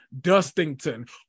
dustington